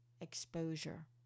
exposure